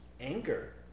Anger